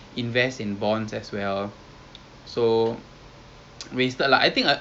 eh not not U_N sorry it's the I_M_F international monetary fund right